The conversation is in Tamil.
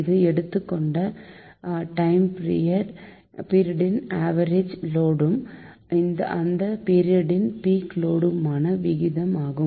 இது எடுத்துக்கொண்ட டைம்பீரியட் ன் ஆவரேஜ் லோடுக்கும் அந்த பீரியட் ன் பீக் லோடுக்குமான விகிதம் ஆகும்